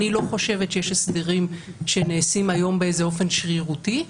אני לא חושבת שיש הסדרים שנעשים היום באופן שרירותי.